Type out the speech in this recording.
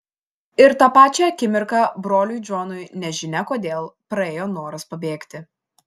ir tą pačią akimirką broliui džonui nežinia kodėl praėjo noras pabėgti